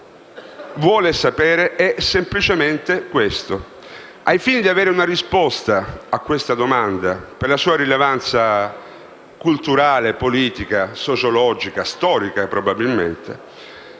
sapere è semplicemente questo. Ai fini di ottenere risposta a questa domanda, per la sua rilevanza culturale, politica, sociologica e probabilmente